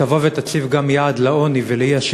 אם היא תבוא ותציב גם יעד למיגור העוני והאי-שוויון,